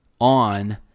on